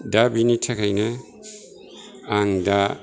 दा बिनि थाखायनो आं दा